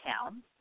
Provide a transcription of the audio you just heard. town